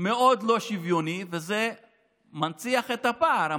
מאוד לא שוויוני, וזה מנציח את הפער.